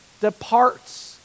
departs